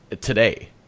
today